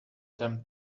them